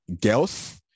girls